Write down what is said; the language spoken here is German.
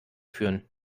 führen